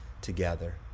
together